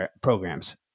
programs